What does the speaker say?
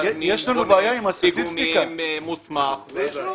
להזמין בונה פיגומים מקצועי.